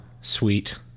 Sweet